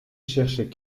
cherchait